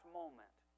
moment